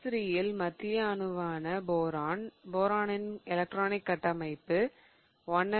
BH3யில் மத்திய அணுவான போரான் இன் எலக்ட்ரானிக் கட்டமைப்பு 1s2 2s2 2p1